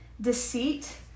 Deceit